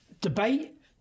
debate